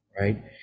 right